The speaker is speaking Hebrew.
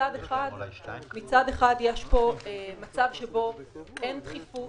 מצד אחד יש פה מצב שבו אין דחיפות,